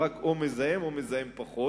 הוא רק או מזהם או מזהם פחות,